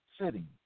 sitting